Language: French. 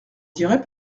dirai